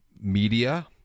media